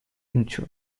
into